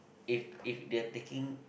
if if they are thinking